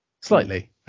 Slightly